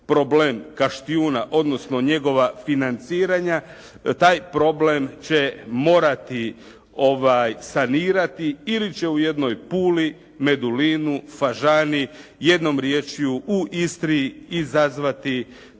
problem Kaštjuna, odnosno njegova financiranja taj problem će morati sanirati ili će u jednoj Puli, Medulinu, Fažani, jednom riječju u Istri izazvati